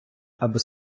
аби